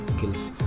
kills